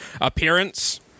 Appearance